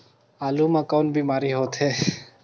आलू म कौन का बीमारी होथे?